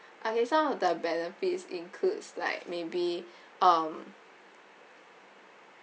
okay some of the benefits includes like maybe um